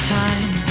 time